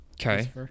okay